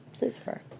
Lucifer